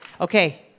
Okay